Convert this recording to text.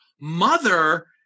mother